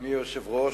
אדוני היושב-ראש,